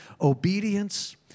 obedience